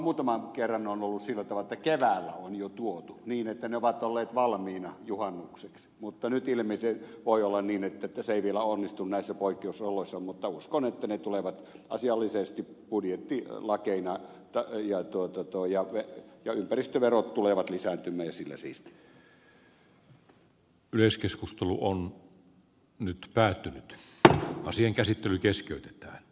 muutaman kerran on ollut sillä tavalla että keväällä on jo tuotu niin että ne ovat olleet valmiina juhannukseksi mutta nyt ilmeisesti voi olla niin että se ei vielä onnistu näissä poikkeusoloissa mutta uskon että ne tulevat asiallisesti budjettilakeina ja ympäristöverot tulevat lisääntymään ja sillä siisti